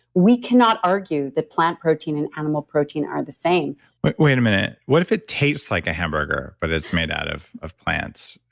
we cannot argue that plant protein and animal protein are the same wait a minute. what if it tastes like a hamburger but it's made out of of plants?